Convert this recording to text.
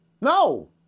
No